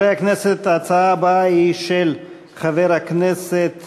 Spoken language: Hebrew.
חברי הכנסת, ההצעה הבאה היא של חבר הכנסת